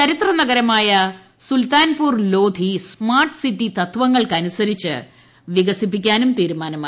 ചരിത്രനഗരമായ Sultanpur Lodhi smart city തത്വങ്ങൾക്കനുസരിച്ച് വികസിപ്പിക്കാനും തീരുമാനമായി